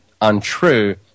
untrue